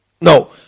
No